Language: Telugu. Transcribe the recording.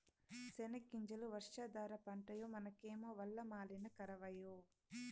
సెనగ్గింజలు వర్షాధార పంటాయె మనకేమో వల్ల మాలిన కరవాయె